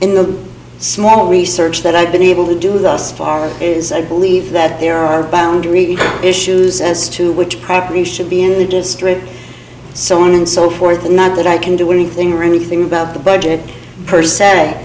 in the small research that i've been able to do with us far is i believe that there are boundary issues as to which probably should be in the district so on and so forth not that i can do anything or anything about the budget per se